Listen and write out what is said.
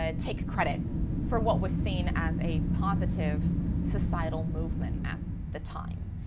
ah take credit for what was seen as a positive societal movement at the time.